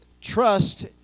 trust